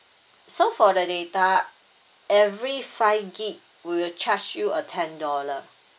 so for the data every five gigabyte we will charge you a ten dollar